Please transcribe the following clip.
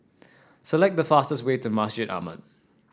select the fastest way to Masjid Ahmad